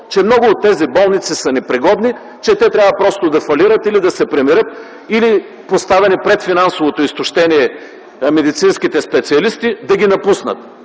че много от тези болници са непригодни, че те трябва просто да фалират или да се примирят, или поставени пред финансовото изтощение медицинските специалисти да ги напуснат.